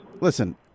Listen